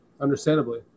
Understandably